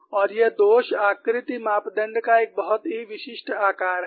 और यह दोष आकृति मापदण्ड का एक बहुत ही विशिष्ट आकार है